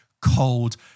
cold